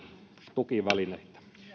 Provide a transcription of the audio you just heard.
tukivälineitä